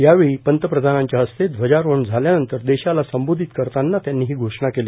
यावेळी प्रधानमंत्र्यांच्या हस्ते ध्वजारोहण झाल्यानंतर देशाला संबोधित करताना त्यांनी ही घोषणा केली